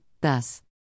thus